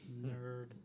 Nerd